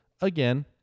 again